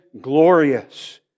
glorious